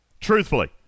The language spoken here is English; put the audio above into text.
Truthfully